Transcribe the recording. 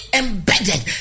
embedded